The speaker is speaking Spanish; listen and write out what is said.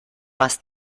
más